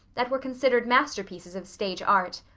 that were considered masterpieces of stage art.